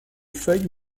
feuilles